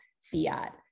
fiat